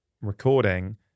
recording